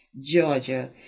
Georgia